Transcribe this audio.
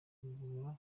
gukurura